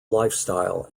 lifestyle